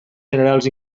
generals